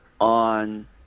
on